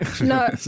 No